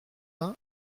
vingt